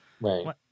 Right